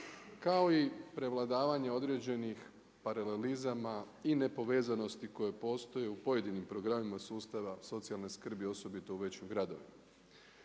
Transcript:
kao i prevladavanje određenih paralelizama i nepovezanosti koje postoje u pojedinim programima sustava socijalne skrbi osobito u većim gradovima.